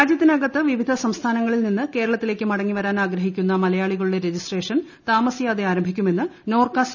രാജ്യത്തിനകത്ത് വിവിധ സംസ്ഥാനങ്ങളിൽ നിന്ന് കേരളത്തിലേയ്ക്ക് മടങ്ങിവരാൻ ആഗ്രഹിക്കുന്ന മലയാളികളുടെ രജിസ്ട്രേഷൻ താമസിയാതെ ആരംഭിക്കുമെന്ന് നോർക്ക സി